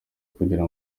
kugira